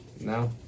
no